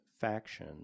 faction